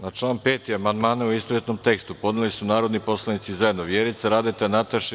Na član 5. amandman, u istovetnom tekstu, podneli su narodni poslanici zajedno Vjerica Radeta, Nataša Sp.